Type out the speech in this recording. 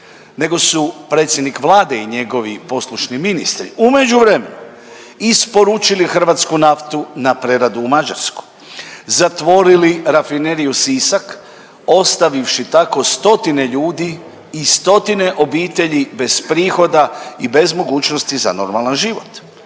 nego su predsjednik Vlade i njegovi poslušni ministri u međuvremenu isporučili hrvatsku naftu na preradu u Mađarsku, zatvorili Rafineriju Sisak ostavivši tako stotine ljudi i stotine obitelji bez prihoda i bez mogućnosti za normalan život.